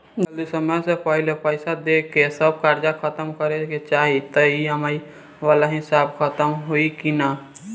जदी समय से पहिले पईसा देके सब कर्जा खतम करे के चाही त ई.एम.आई वाला हिसाब खतम होइकी ना?